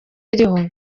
iriho